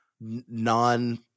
non